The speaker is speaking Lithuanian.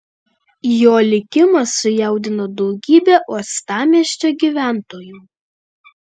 jo likimas sujaudino daugybę uostamiesčio gyventojų